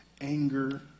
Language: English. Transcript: anger